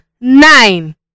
nine